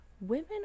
women